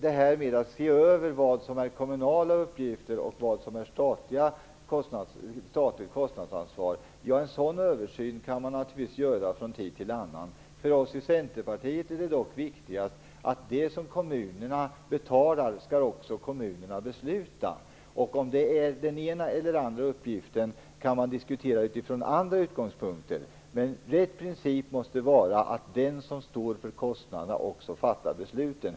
En översyn av vad som är kommunala utgifter och vad som är statligt kostnadsansvar kan naturligtvis göras från tid till annan. För oss i Centerpartiet är det dock viktigt att det som kommunerna betalar skall kommunerna också besluta om. Om det är den ena eller den andra uppgiften kan diskuteras från andra utgångspunkter. Den rätta principen måste vara att den som står för kostnaderna också fattar besluten.